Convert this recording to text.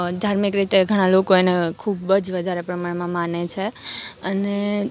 ધાર્મિક રીતે ઘણાં લોકો એને ખૂબ જ વધારે પ્રમાણમાં માને છે અને